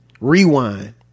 Rewind